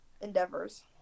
endeavors